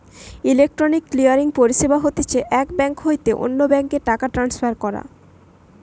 electronic clearing পরিষেবা হতিছে এক বেঙ্ক হইতে অন্য বেঙ্ক এ টাকা ট্রান্সফার করা